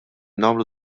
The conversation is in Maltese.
nagħmlu